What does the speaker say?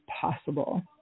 possible